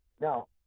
now